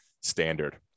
standard